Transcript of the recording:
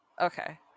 Okay